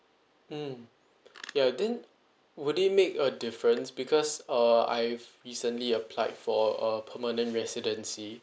mm yeah then would it make a difference because uh I've recently applied for a permanent residency